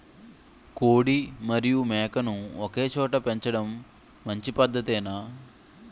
కోడి మరియు మేక ను ఒకేచోట పెంచడం మంచి పద్ధతేనా?